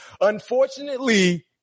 Unfortunately